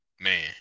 man